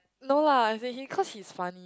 no lah as in he cause he's funny